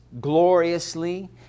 gloriously